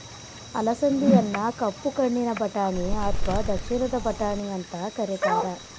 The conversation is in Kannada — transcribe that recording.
ಅಲಸಂದಿಯನ್ನ ಕಪ್ಪು ಕಣ್ಣಿನ ಬಟಾಣಿ ಅತ್ವಾ ದಕ್ಷಿಣದ ಬಟಾಣಿ ಅಂತ ಕರೇತಾರ